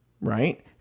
right